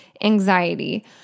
anxiety